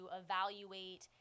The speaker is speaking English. evaluate